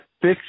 fix